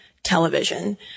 Television